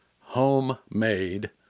homemade